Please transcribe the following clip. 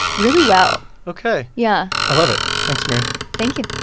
really well ok yeah i love it. thanks, mary thank you